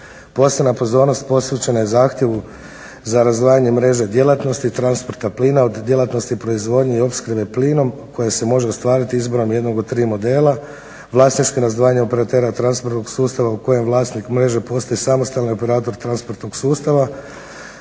Posebna pozornost posvećena je zahtjevu za razdvajanje mreže djelatnosti, transporta plina od djelatnosti proizvodnje i opskrbe plinom koja se može ostvariti izborom jednog od tri modela, vlasničkim razdvajanjem operatera transportnog sustava u kojem vlasnik mreže postaje samostalni operator transportnog sustava,